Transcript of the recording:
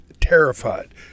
terrified